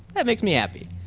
that makes me happy.